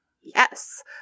Yes